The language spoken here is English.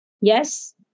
Yes